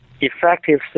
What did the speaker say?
effective